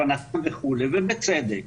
ובצדק.